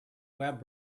web